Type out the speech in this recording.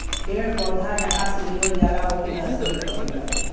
पेड़ पौधा जहां से लेवल जाला ओके नर्सरी कहल जाला